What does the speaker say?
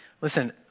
Listen